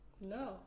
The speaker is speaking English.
No